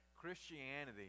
Christianity